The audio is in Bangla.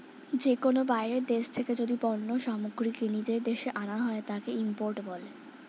যে কোনো বাইরের দেশ থেকে যদি পণ্য সামগ্রীকে নিজের দেশে আনা হয়, তাকে ইম্পোর্ট বলে